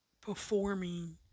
performing